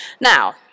Now